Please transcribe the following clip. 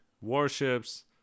warships